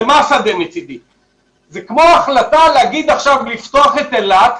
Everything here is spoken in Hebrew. זה כמו החלטה לפתוח את אילת,